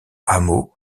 hameau